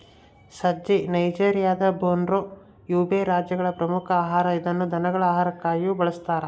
ಸಜ್ಜೆ ನೈಜೆರಿಯಾದ Borno, Yobe ರಾಜ್ಯಗಳ ಪ್ರಮುಖ ಆಹಾರ ಇದನ್ನು ದನಗಳ ಆಹಾರವಾಗಿಯೂ ಬಳಸ್ತಾರ